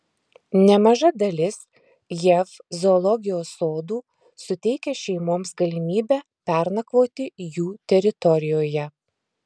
nemaža dalis jav zoologijos sodų suteikia šeimoms galimybę pernakvoti jų teritorijoje